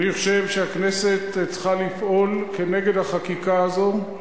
אני חושב שהכנסת צריכה לפעול נגד החקיקה הזאת,